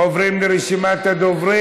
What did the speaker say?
עוברים לרשימת הדוברים.